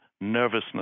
nervousness